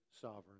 sovereign